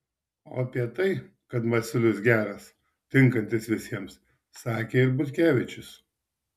o apie tai kad masiulis geras tinkantis visiems sakė ir butkevičius